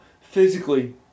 physically